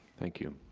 thank you.